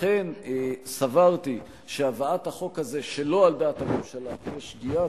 לכן סברתי שהבאת החוק הזה שלא על דעת הממשלה תהיה שגיאה,